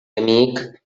amic